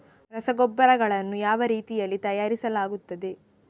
ರಸಗೊಬ್ಬರಗಳನ್ನು ಯಾವ ರೀತಿಯಲ್ಲಿ ತಯಾರಿಸಲಾಗುತ್ತದೆ?